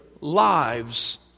lives